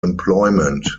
employment